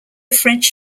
french